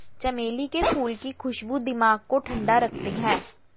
चमेली के फूल की खुशबू दिमाग को ठंडा रखते हैं